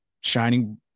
shining